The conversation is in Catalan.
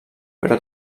però